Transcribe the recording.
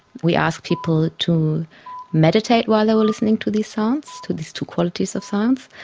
we ask people to meditate while they were listening to these sounds, to these two qualities of sounds,